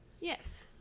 Yes